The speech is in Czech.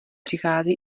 přichází